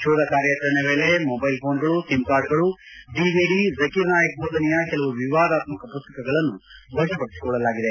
ಶೋಧ ಕಾರ್ಯಾಚರಣೆ ವೇಳೆ ಮೊಬ್ನೆಲ್ ಫೋನ್ಗಳು ಸಿಮ್ ಕಾರ್ಡ್ಗಳು ಡಿವಿಡಿ ಜಖೀರ್ ನಾಯಕ್ ಬೋಧನೆಯ ಕೆಲವು ವಿವಾದಾತ್ಸಕ ಪುಸ್ತಕಗಳನ್ನು ವಶಪಡಿಸಿಕೊಳ್ಳಲಾಗಿದೆ